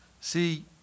See